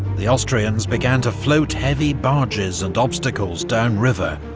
the austrians began to float heavy barges and obstacles down river,